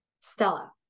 Stella